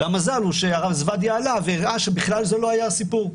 והמזל הוא שהרב זבדיה עלה והראה שבכלל זה לא היה הסיפור.